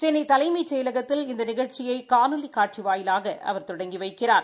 கென்னை தலைமைச் செயலகத்தில் இந்த நிகழ்ச்சியை காணொலி காட்சி வாயிலாக அவர் தொடங்கி வைக்கிறார்